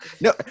no